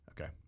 Okay